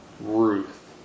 Ruth